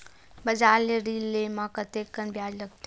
बजार ले ऋण ले म कतेकन ब्याज लगथे?